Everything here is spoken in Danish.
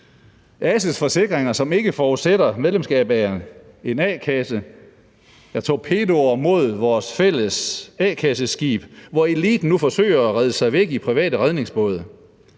Ases forsikringer, som ikke forudsætter medlemskab af en a-kasse, er torpedoer mod vores fælles a-kasseskib, hvor eliten nu forsøger at redde sig væk i private redningsbåde.